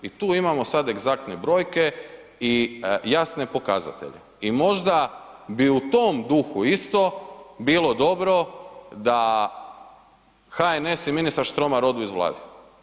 I tu imamo sada egzaktne brojke i jasne pokazatelje i možda bi u tom duhu isto bilo dobro da HNS i ministar Štromar odu iz Vlade.